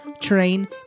train